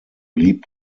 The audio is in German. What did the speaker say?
blieb